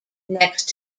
next